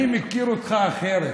אני מכיר אותך אחרת.